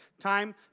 time